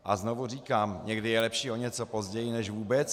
A znovu říkám, někdy je lepší o něco později než vůbec.